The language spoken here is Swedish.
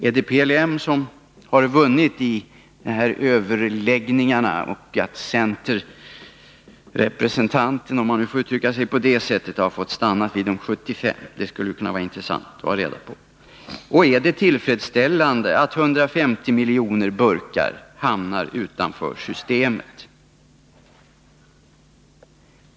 Är det PLM som har vunnit i de här överläggningarna, så att centerrepresentanten — om jag får uttrycka det på det sättet — har fått stanna vid kravet på 75 96? Det vore intressant att få reda på detta. Är det vidare tillfredsställande att 150 miljoner burkar hamnar utanför systemet?